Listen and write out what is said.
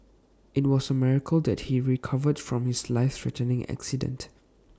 IT was A miracle that he recovered from his life threatening accident